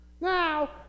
Now